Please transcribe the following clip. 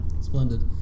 Splendid